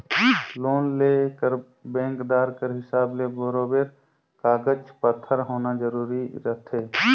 loan लेय बर बेंकदार कर हिसाब ले बरोबेर कागज पाथर होना जरूरी रहथे